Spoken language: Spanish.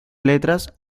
letras